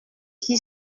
qui